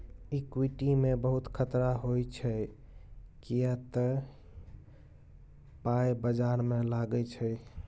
equity मे बहुत खतरा होइ छै किए तए पाइ बजार मे लागै छै